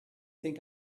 think